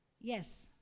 Yes